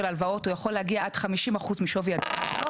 הלוואות הוא יכול להגיע עד 50% משווי הדירה שלו,